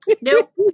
Nope